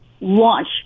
launch